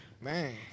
Man